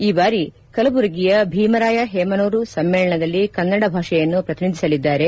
ಈ ಬಾರಿ ಕಲಬುರಗಿಯ ಭೀಮರಾಯ ಹೇಮನೂರ್ ಸಮ್ಮೇಳನದಲ್ಲಿ ಕನ್ನಡ ಭಾಷೆಯನ್ನು ಪ್ರತಿನಿಧಿಸಲಿದ್ದಾರೆ